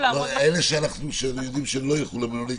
לעמוד --- אלה שאנחנו יודעים שהם לא ילכו למלונית,